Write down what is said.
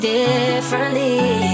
differently